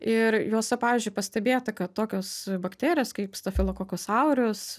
ir juose pavyzdžiui pastebėta kad tokios bakterijos kaip stafilokokas aureus